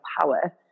power